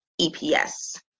EPS